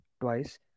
twice